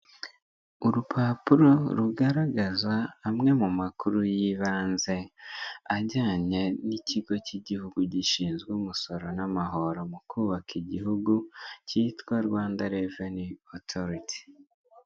Urupapuro rugaragaza amwe mu makuru y'ibanze ajyanye n'ikigo cy'igihugu gishinzwe umusoro n'amahoro mu kubaka igihugu cyitwa rwanda reveni otoriti.